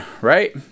right